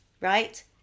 right